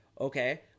Okay